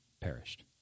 perished